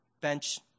bench